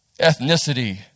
ethnicity